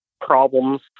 problems